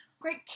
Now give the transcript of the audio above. Great